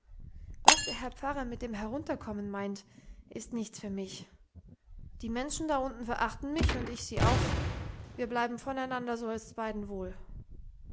was der herr pfarrer mit dem herunterkommen meint ist nicht für mich die menschen da unten verachten mich und ich sie auch wir bleiben voneinander so ist's beiden wohl